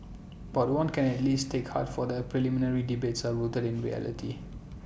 but one can at least take heart that the parliamentary debates are rooted in reality